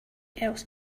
else